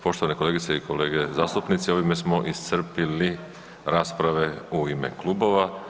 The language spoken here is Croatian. Poštovane kolegice i kolege zastupnici, ovime smo iscrpili rasprave u ime klubova.